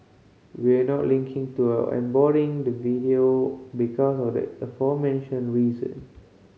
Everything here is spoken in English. we're not linking to or embedding the video because of the aforementioned reason